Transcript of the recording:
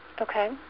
Okay